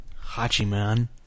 Hachiman